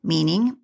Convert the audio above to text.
Meaning